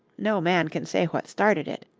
no man can say what started it.